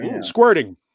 squirting